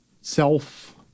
self